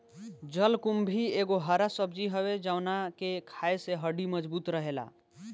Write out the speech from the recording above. जलकुम्भी एगो हरा सब्जी हवे जवना के खाए से हड्डी मबजूत रहेला